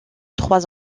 trois